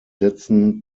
sätzen